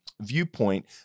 viewpoint